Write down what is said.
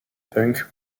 punk